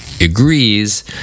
agrees